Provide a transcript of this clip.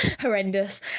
Horrendous